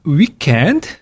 weekend